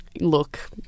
look